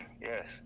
yes